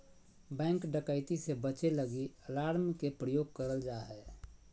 bank डकैती से बचे लगी अलार्म के प्रयोग करल जा हय